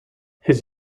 his